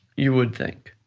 you would think.